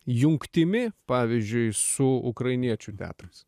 jungtimi pavyzdžiui su ukrainiečių teatrais